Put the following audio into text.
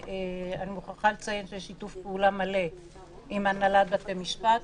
ואני מוכרחה לציין שיש שיתוף פעולה מלא עם הנהלת בתי המשפט.